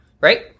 right